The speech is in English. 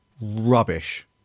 rubbish